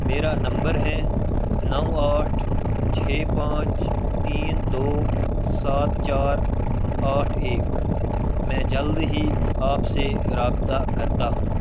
میرا نمبر ہے نو آٹھ چھ پانچ تین دو سات چار آٹھ ایک میں جلد ہی آپ سے رابطہ کرتا ہوں